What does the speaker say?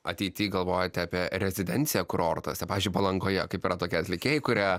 ateity galvojate apie rezidenciją kurortuose pavyzdžiui palangoje kaip yra tokie atlikėjai kurie